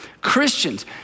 Christians